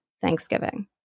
Thanksgiving